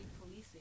policing